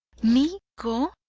me, go?